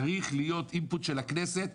צריך להיות אינפוט של הכנסת.